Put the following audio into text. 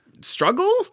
Struggle